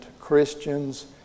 Christians